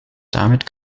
damit